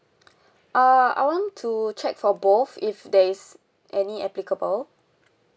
uh I want to check for both if there is any applicable